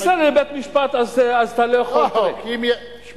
בסדר, אבל בית-משפט, אז אתה לא יכול, שמע,